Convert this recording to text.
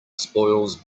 spoils